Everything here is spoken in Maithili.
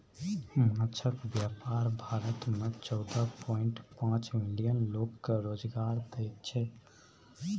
माछक बेपार भारत मे चौदह पांइट पाँच मिलियन लोक केँ रोजगार दैत छै